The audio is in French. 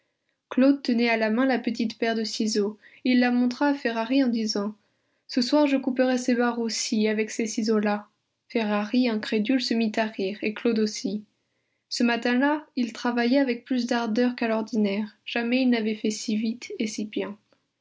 tenait à la main la petite paire de ciseaux il la montra à ferrari en disant ce soir je couperai ces barreaux ci avec ces ciseaux là ferrari incrédule se mit à rire et claude aussi ce matin-là il travailla avec plus d'ardeur qu'à l'ordinaire jamais il n'avait fait si vite et si bien